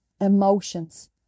emotions